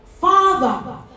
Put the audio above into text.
Father